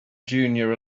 junior